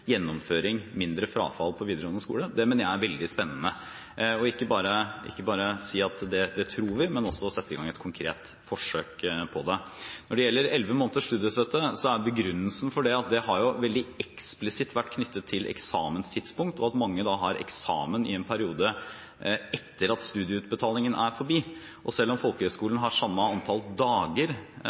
gjennomføring, mindre frafall, på videregående skole. Det mener jeg er veldig spennende – ikke bare å si at det tror vi, men også å sette i gang et konkret forsøk på det. Når det gjelder elleve måneders studiestøtte, er begrunnelsen for det at det har veldig eksplisitt vært knyttet til eksamenstidspunkt, og at mange har eksamen i en periode etter at studieutbetalingen er forbi. Selv om folkehøyskolene har samme antall dager